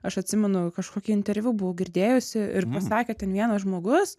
aš atsimenu kažkokį interviu buvau girdėjusi ir pasakė ten vienas žmogus